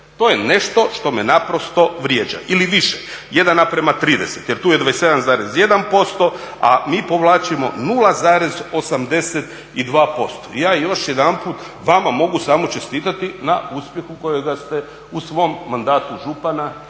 To je nešto što me naprosto vrijeđa, ili više 1 na prema 30. Jer tu je 27,1%, a mi povlačimo 0,82%. Ja još jedanput vama mogu samo čestitati na uspjehu kojega ste u svom mandatu župana